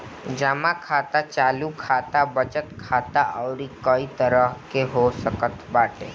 जमा खाता चालू खाता, बचत खाता अउरी कई तरही के हो सकत बाटे